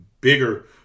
bigger